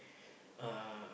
uh